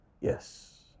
Yes